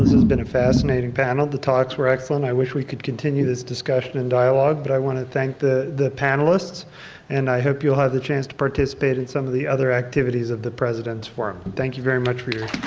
has been a fascinating panel. the talks were excellent. i wish we could continue this discussion in dialog but i wanna thank the the panelists and i hope you'll have the chance to participate in some of the other activities of the precedence form. thank you very much for your